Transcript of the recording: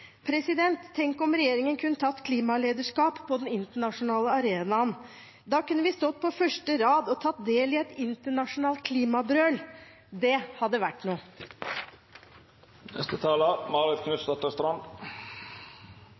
Tenk om regjeringen kunne tatt klimalederskap på den internasjonale arenaen. Da kunne vi stått på første rad og tatt del i et internasjonalt klimabrøl – det hadde vært noe!